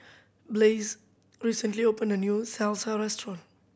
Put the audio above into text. Blaise recently opened a new Salsa Restaurant